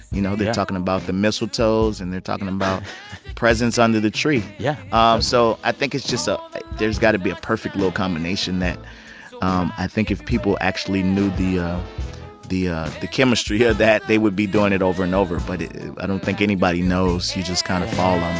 you know? they're talking about the mistletoes, and they're talking about presents under the tree yeah um so i think it's just so there's got to be a perfect little combination that um i think if people actually knew ah the the chemistry of that, they would be doing it over and over. but i don't think anybody knows. you just kind of fall